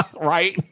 right